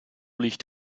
liegt